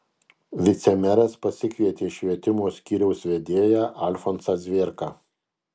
vicemeras pasikvietė švietimo skyriaus vedėją alfonsą zvėrką